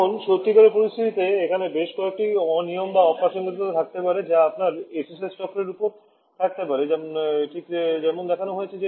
এখন সত্যিকারের পরিস্থিতিতে এখানে বেশ কয়েকটি অনিয়ম বা অপ্রাসঙ্গিকতা থাকতে পারে যা আপনার SSS চক্রের উপস্থিত থাকতে পারে ঠিক যেমন এখানে দেখানো হয়েছে